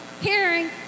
hearing